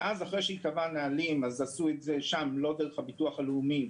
אחרי שהיא קבעה נהלים אז עשו את זה שם ולא דרך הביטוח הלאומי.